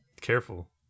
Careful